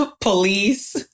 police